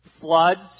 Floods